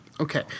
Okay